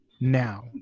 Now